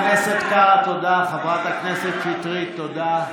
חברת הכנסת שטרית, תודה.